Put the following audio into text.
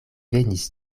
venis